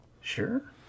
Sure